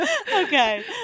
Okay